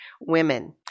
women